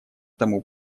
тому